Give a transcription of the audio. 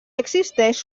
existeix